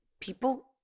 people